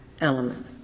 element